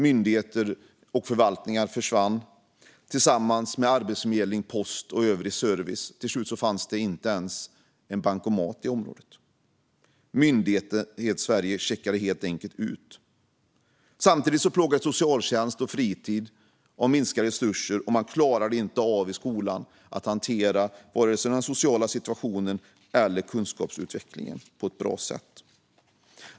Myndigheter och förvaltningar försvann, tillsammans med arbetsförmedling, post och övrig service. Till slut fanns det inte ens en bankomat i området. Myndighetssverige checkade helt enkelt ut. Samtidigt plågas socialtjänst och fritidsverksamhet av minskade resurser, och skolan klarar inte av att hantera vare sig den sociala situationen eller kunskapsutvecklingen på ett bra sätt.